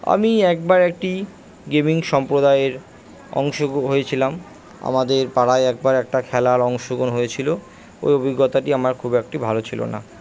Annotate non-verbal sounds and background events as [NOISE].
আমি একবার একটি গেমিং সম্প্রদায়ের অংশ [UNINTELLIGIBLE] হয়েছিলাম আমাদের পাড়ায় একবার একটা খেলার অংশগ্রহণ হয়েছিলো ওই অভিজ্ঞতাটি আমার খুব একটি ভালো ছিলো না